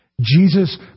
Jesus